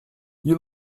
you